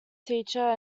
teacher